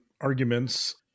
arguments